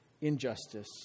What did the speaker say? injustice